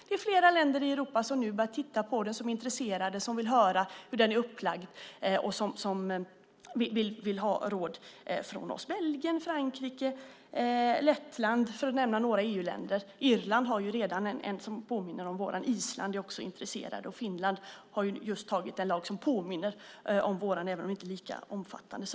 Det är flera länder i Europa som börjar titta på den, som är intresserade, som vill höra hur den är upplagd och vill ha råd från oss. Det är länder som Belgien, Frankrike, Lettland - för att nämna några EU-länder. Irland har redan en sådan som påminner om vår, Island är också intresserat, och Finland har just antagit en lag som påminner om vår även om den inte är lika omfattande.